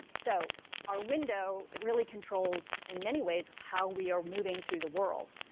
so our window really controls in many ways how we are moving through the world.